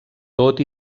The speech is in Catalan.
tot